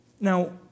Now